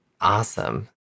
Awesome